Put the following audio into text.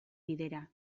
bidera